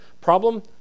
problem